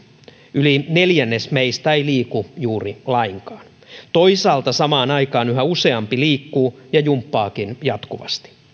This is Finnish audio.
yli neljännes meistä ei liiku juuri lainkaan toisaalta samaan aikaan yhä useampi liikkuu ja jumppaakin jatkuvasti